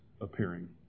appearing